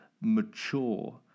mature